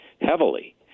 heavily